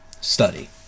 study